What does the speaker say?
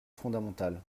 fondamentale